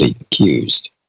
accused